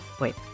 Wait